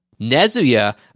Nezuya